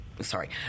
Sorry